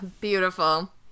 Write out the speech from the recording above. beautiful